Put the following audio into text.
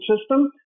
system